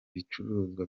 bicuruzwa